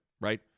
right